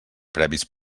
previs